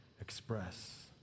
express